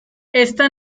esta